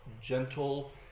gentle